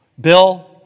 Bill